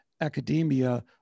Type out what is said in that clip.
academia